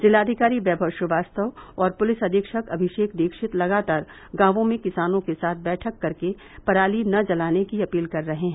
जिलाधिकारी वैभव श्रीवास्तव और पुलिस अधीक्षक अभिषेक दीक्षित लगातार गांवों में किसानों के साथ बैठक करके पराली न जलाने की अपील कर रहे हैं